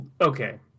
Okay